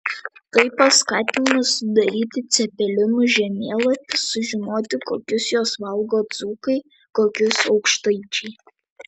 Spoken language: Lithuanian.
tai paskatino sudaryti cepelinų žemėlapį sužinoti kokius juos valgo dzūkai kokius aukštaičiai